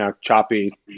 choppy